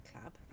club